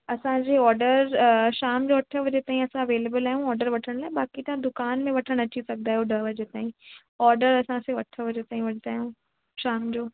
असांजे ऑर्डर शाम जो अठें बजे ताईं असां अवेलबल आहियूं ऑर्डर वठण लाइ बाक़ी तव्हां दुकान में वठणु अची सघंदा आहियो ॾह बजे ताईं ऑर्डर असां सिर्फ़ु अठें बजे ताईं वठंदा आहियूं शाम जो